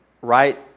right